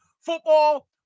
football